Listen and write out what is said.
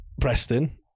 Preston